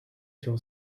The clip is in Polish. się